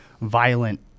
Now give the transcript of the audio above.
violent